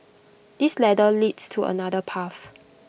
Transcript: this ladder leads to another path